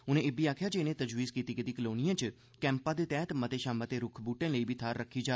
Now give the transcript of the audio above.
उनें इब्बी आखेआ जे इनें तजवीज़ कीती गेदी कलोनिए च कैंपा दे तैहत मते शा मते रूक्ख बूह्टें लेई बी थाहर रक्खी जा